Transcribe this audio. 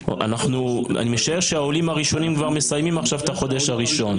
אני משער שהעולים הראשונים כבר מסיימים עכשיו את החודש הראשון.